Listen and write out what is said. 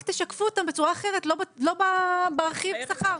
רק תשקפו אותן בצורה אחרת ולא ברכיב השכר.